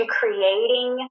creating